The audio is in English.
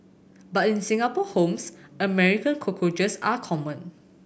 but in Singapore homes American cockroaches are common